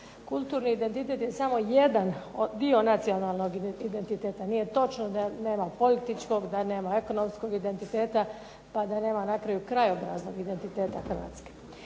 Kulturni identitet je samo jedan dio nacionalnog identiteta, nije točno da nema političkog, da nema ekonomskog identiteta, pa da nema na kraju krajobraznog identiteta Hrvatske.